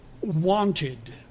wanted